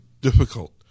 difficult